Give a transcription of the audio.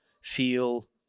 feel